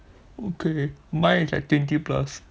okay mine is like twenty plus